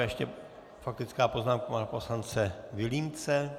Ještě faktická poznámka pana poslance Vilímce.